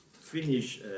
finish